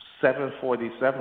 747